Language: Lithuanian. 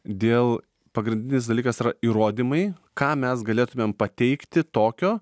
dėl pagrindinis dalykas yra įrodymai ką mes galėtumėm pateikti tokio